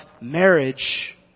marriage